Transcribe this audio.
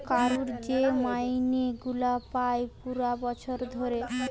কারুর যে মাইনে গুলা পায় পুরা বছর ধরে